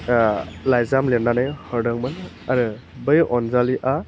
लाइजाम लिरनानै हरदोंमोन आरो बै अन्जालिया